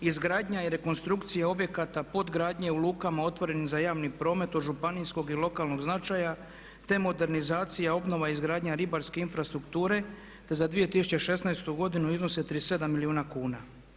Izgradnja i rekonstrukcija objekata podgradnje u lukama otvorenim za javni promet od županijskog i lokalnog značaja te modernizacija, obnova i izgradnja ribarske infrastrukture za 2016. godinu iznose 37 milijuna kuna.